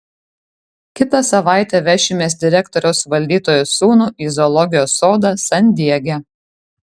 kitą savaitę vešimės direktoriaus valdytojo sūnų į zoologijos sodą san diege